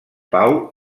pau